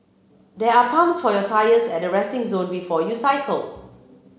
there are pumps for your tyres at the resting zone before you cycle